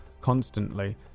constantly